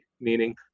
meaning